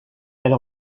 elle